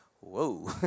whoa